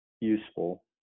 useful